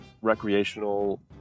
recreational